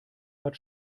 hat